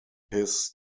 his